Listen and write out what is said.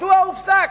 מדוע זה הופסק?